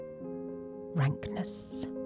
rankness